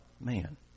man